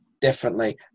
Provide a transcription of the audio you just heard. differently